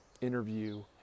interview